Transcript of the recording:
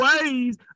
ways